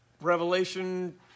Revelation